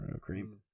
cream